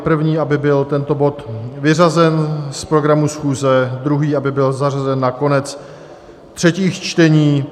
První, aby byl tento bod vyřazen z programu schůze, druhý, aby byl zařazen na konec třetích čtení.